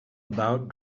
about